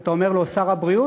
כשאתה אומר לו "שר הבריאות",